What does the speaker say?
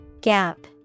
Gap